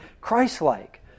Christ-like